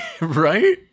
Right